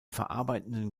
verarbeitenden